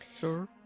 Sure